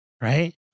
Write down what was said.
right